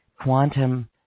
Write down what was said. quantum